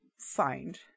find